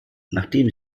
nachdem